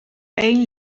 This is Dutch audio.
één